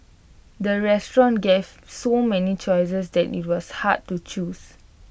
the restaurant gave so many choices that IT was hard to choose